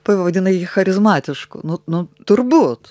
pavadinai jį charizmatišku nu nu turbūt